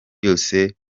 yose